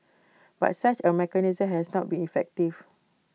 but such A mechanism has not been effective